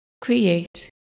create